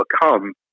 become